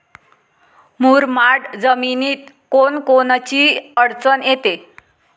मुरमाड जमीनीत कोनकोनची अडचन येते?